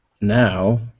now